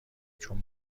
چون